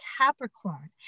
Capricorn